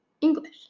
English